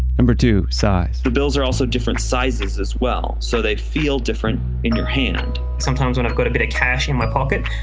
two size the bills are also different sizes as well. so they feel different in your hand. sometimes when i've got a bit of cash in my pocket,